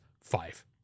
five